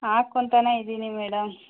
ಹಾಕೊಂತನೇ ಇದ್ದೀನಿ ಮೇಡಮ್